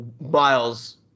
miles